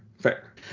fair